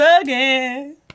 again